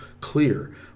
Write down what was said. clear